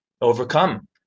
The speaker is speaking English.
overcome